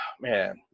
Man